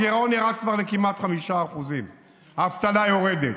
הגירעון ירד כבר כמעט ל-5%; האבטלה יורדת,